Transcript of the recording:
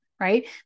right